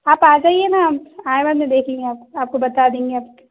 آپ آ جائیے نا آئیں واں میں دیکھ ہیں آپ کو بتا دیں گے آپ